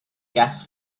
gas